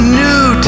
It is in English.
new